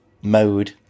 mode